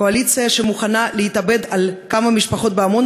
קואליציה שמוכנה להתאבד על כמה משפחות בעמונה,